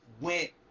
went